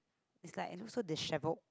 it's like it looks so disheveled